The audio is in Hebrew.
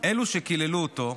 אלו שקיללו אותו,